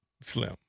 Slim